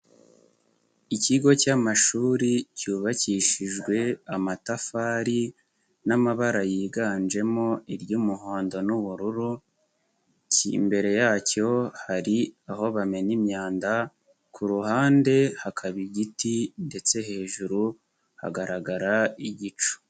Ikigo cy'amashuri cyubakishijwe amatafari n'amabara yiganjemo iry'umuhondo n'ubururu, imbere yacyo hari aho bamena imyanda, ku ruhande hakaba igiti ndetse hejuru hagaragara igicu.